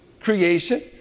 creation